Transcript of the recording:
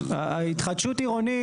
התחדשות עירונית,